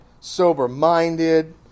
Sober-minded